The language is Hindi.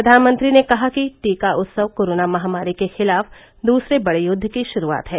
प्रधानमंत्री ने कहा कि टीका उत्सव कोरोना महामारी के खिलाफ दूसरे बडे युद्ध की शुरूआत है